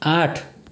आठ